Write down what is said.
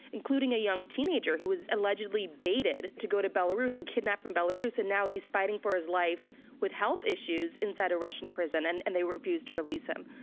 including a young teenager who was allegedly baited to go to belarus and kidnapped in belarus, and now he's fighting for his life with health issues inside a russian prison and and they refuse to release him.